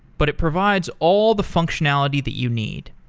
but it provides all the functionality that you need.